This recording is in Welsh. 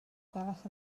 gwelwch